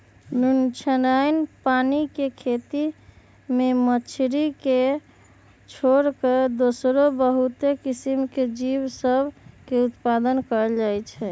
नुनछ्राइन पानी के खेती में मछरी के छोर कऽ दोसरो बहुते किसिम के जीव सभ में उत्पादन कएल जाइ छइ